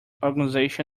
organisation